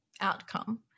outcome